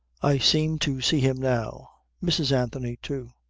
i seem to see him now. mrs. anthony too.